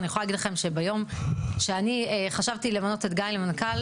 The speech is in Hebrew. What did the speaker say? אני יכולה להגיד לכם שביום שאני חשבתי למנות את גיא למנכ"ל,